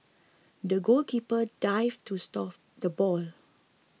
the goalkeeper dived to stop the ball